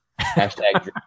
hashtag